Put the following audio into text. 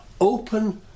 open